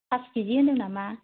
pass केजि होनदों नामा